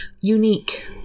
unique